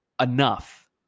enough